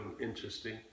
interesting